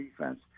defense